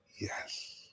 Yes